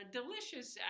delicious